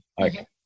Okay